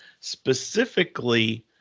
Specifically